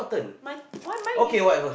my why mine is